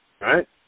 right